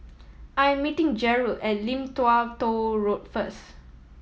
I am meeting Jeryl at Lim Tua Tow Road first